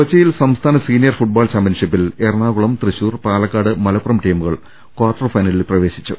കൊച്ചിയിൽ സംസ്ഥാന senior football ചാമ്പ്യൻഷിപ്പിൽ എറണാകുളം തൃശൂർ പാലക്കാട് മലപ്പുറം ടീമുകൾ കാർട്ടർ ഫൈനലിൽ പ്രവേശിച്ചു